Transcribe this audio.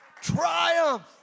triumph